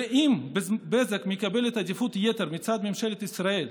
ואם בזק מקבלת עדיפות יתר מצד ממשלת ישראל,